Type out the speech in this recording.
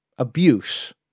abuse